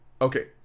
Okay